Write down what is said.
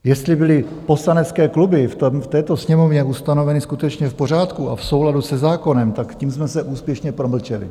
Jestli byly poslanecké kluby v této Sněmovně ustanoveny skutečně v pořádku a v souladu se zákonem, tak tím jsme se úspěšně promlčeli.